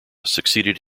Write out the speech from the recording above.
succeeded